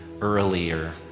earlier